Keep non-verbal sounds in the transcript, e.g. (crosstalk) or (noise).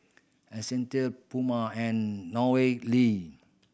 Essential Puma and (unintelligible)